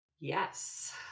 Yes